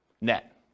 net